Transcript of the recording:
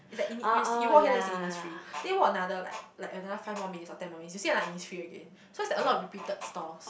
it's like in it you see you walk and then see Innisfree then walk another like like another five more minutes or ten more minutes you see like Innisfree again so it's like a lot of repeated stores